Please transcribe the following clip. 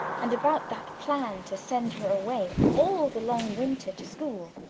and about that plan to send her away all the long winter to school.